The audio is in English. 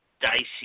dicey